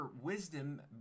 wisdom